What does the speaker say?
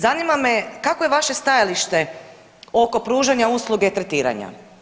Zanima me kakvo je vaše stajalište oko pružanja usluge i tretiranja?